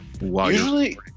usually